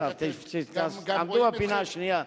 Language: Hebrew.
תעמדו בפינה השנייה.